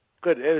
Good